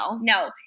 No